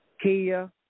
Kia